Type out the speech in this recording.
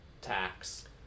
tax